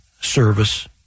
service